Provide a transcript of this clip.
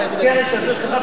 גם אני סחבתי בלוקים,